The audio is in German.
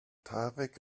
tarek